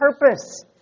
purpose